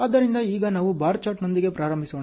ಆದ್ದರಿಂದ ಈಗ ನಾವು ಬಾರ್ ಚಾರ್ಟ್ನೊಂದಿಗೆ ಪ್ರಾರಂಭಿಸೋಣ